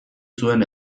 zuen